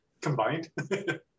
combined